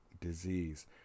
disease